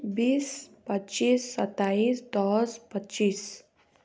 बिस पच्चिस सत्ताइस दस पच्चिस